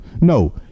No